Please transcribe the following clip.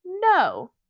no